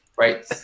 Right